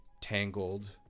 tangled